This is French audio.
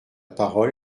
parole